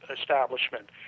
establishment